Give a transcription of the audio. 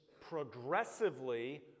progressively